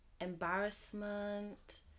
embarrassment